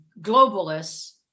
globalists